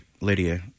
Lydia